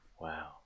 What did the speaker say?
wow